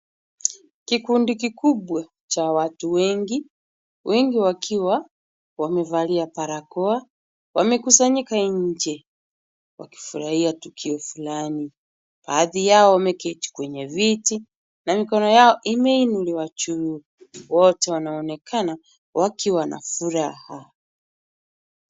Kikundi kikubwa cha watu wengi, wengi wakiwa wamevalia barakoa wamekusanyika nje, wakifurahia tukio fulani; baadhi yao wameketi kwenye viti na mikono yao imeinua juu, wote wanaonekana wakiwa na furaha.